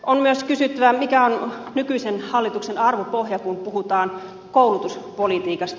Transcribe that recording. on myös kysyttävä mikä on nykyisen hallituksen arvopohja kun puhutaan koulutuspolitiikasta